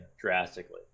drastically